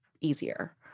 easier